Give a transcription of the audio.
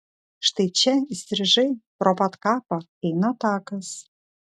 štai čia įstrižai pro pat kapą eina takas